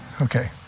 Okay